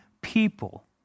people